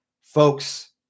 Folks